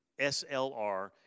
SLR